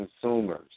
consumers